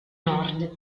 nord